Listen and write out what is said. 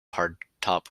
hardtop